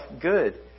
good